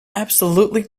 absolutely